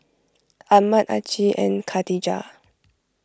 Ahmad Aqil and Khatijah